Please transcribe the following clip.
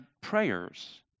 prayers